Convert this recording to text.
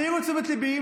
תעירו את תשומת ליבי.